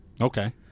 Okay